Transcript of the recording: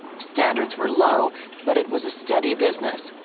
standards were low but it was a steady business.